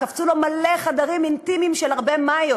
קפצו לו מלא חדרים אינטימיים של הרבה מיות.